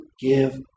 give